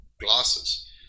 glasses